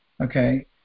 Okay